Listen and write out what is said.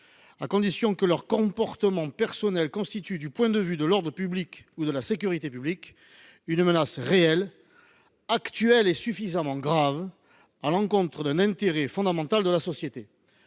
lors que « leur comportement personnel constitue, du point de vue de l’ordre public ou de la sécurité publique, une menace réelle, actuelle et suffisamment grave à l’encontre d’un intérêt fondamental de la société